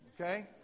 Okay